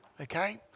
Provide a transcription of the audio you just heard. okay